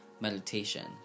meditation